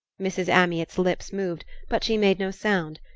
mrs. amyot's lips moved, but she made no sound.